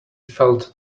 felt